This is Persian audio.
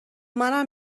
منم